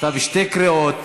אתה בשתי קריאות.